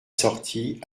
sortit